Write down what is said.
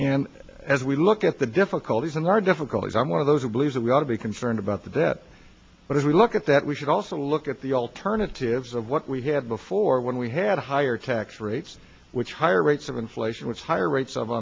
and as we look at the difficulties and our difficulties i'm one of those who believe that we ought to be concerned about the debt but if we look at that we should also look at the alternatives of what we had before when we had higher tax rates which higher rates of inflation which higher rates of